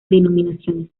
denominaciones